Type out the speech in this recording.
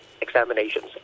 examinations